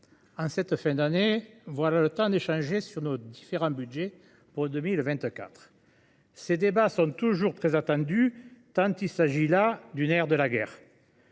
en cette fin d’année est venu le temps d’échanger sur les différents budgets pour 2024. Ces débats sont toujours très attendus, tant il s’agit là du nerf de la guerre.